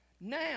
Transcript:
now